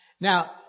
Now